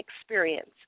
experience